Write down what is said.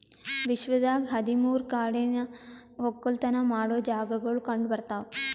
ವಿಶ್ವದಾಗ್ ಹದಿ ಮೂರು ಕಾಡಿನ ಒಕ್ಕಲತನ ಮಾಡೋ ಜಾಗಾಗೊಳ್ ಕಂಡ ಬರ್ತಾವ್